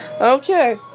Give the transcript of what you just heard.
Okay